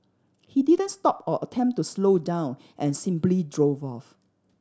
he didn't stop or attempt to slow down and simply drove off